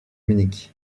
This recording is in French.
munich